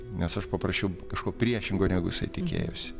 nes aš paprašiau kažko priešingo negu jisai tikėjosi